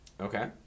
okay